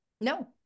No